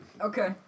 Okay